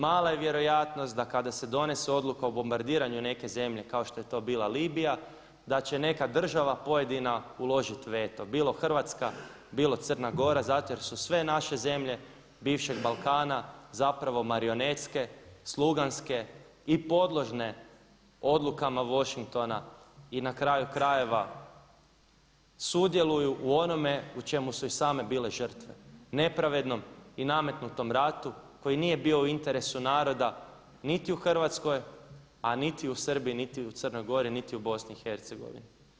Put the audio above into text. Mala je vjerojatnost da kada se donese odluka o bombardiranju neke zemlje kao što je to bila Libija, da će neka država pojedina uložit veto bilo Hrvatska, bilo Crna Gora zato jer su sve naše zemlje bivšeg Balkana zapravo marionetske, sluganske i podložne odlukama Washingtona i na kraju krajeva sudjeluju u onome u čemu su i same bile žrtve nepravednom i nametnutom ratu koji nije bio u interesu naroda niti u Hrvatskoj, a niti u Srbiji, niti u Crnoj Gori, niti u Bosni i Hercegovini.